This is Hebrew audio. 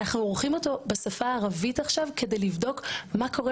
אנחנו עורכים אותו בשפה הערבית עכשיו כדי לבדוק מה קורה